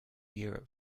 europe